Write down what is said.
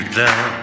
down